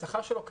זאת ירידת שכר.